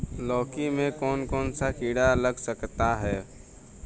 लौकी मे कौन कौन सा कीड़ा लग सकता बा?